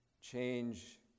Change